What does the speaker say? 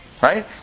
Right